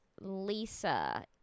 Lisa